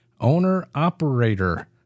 owner-operator